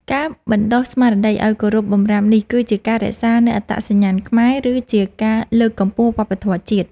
ការបណ្តុះស្មារតីឱ្យគោរពបម្រាមនេះ គឺជាការរក្សានូវអត្តសញ្ញាណខ្មែរ ឬជាការលើកកម្ពស់វប្បធម៌ជាតិ។